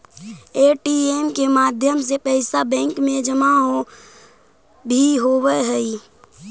ATM के माध्यम से पैइसा बैंक में जमा भी होवऽ हइ